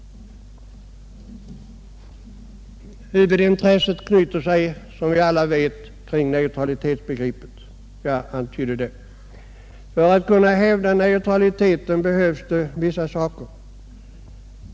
Huvudintresset knyter sig som alla vet kring neutralitetsbegreppet. Jag antydde det. För att kunna hävda neutraliteten behövs vissa saker.